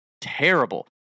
terrible